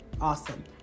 Awesome